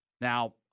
Now